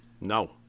No